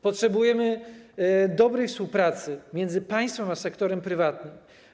Potrzebujemy dobrej współpracy między państwem a sektorem prywatnym.